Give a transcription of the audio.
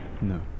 No